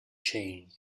changed